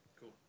Cool